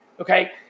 Okay